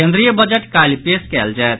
केन्द्रीय बजट काल्हि पेश कयल जायत